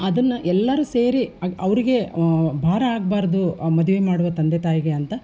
ಅದನ್ನು ಎಲ್ಲರೂ ಸೇರಿ ಅವರಿಗೆ ಭಾರ ಆಗಬಾರ್ದು ಆ ಮದ್ವೆ ಮಾಡುವ ತಂದೆ ತಾಯಿಗೆ ಅಂತ